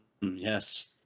yes